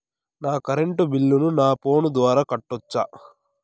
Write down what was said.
నా కరెంటు బిల్లును నా ఫోను ద్వారా కట్టొచ్చా?